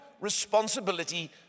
responsibility